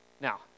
Now